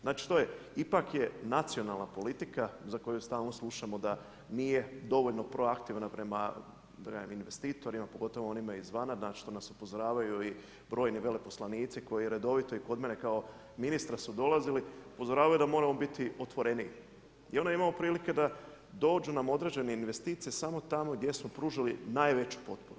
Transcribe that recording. Znači, ipak je nacionalna politika za koju stalno slušamo da nije dovoljno proaktivna prema investitorima pogotovo onima izvana na što nas upozoravaju i brojni veleposlanici koji redovito i kod mene kao ministra su dolazili, upozoravaju da moramo biti otvoreniji i onda imamo prilike da dođu nam određene investicije samo tamo gdje smo pružili najveću potporu.